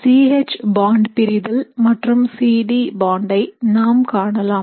C H bond பிரிதல் மற்றும் C D bond ஐ நாம் காணலாம்